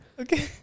Okay